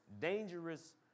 dangerous